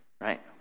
right